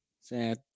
Sad